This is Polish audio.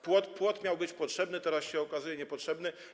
płot miał być potrzebny, teraz się okazuje niepotrzebny.